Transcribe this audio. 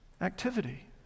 activity